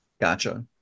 gotcha